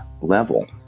level